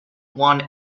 one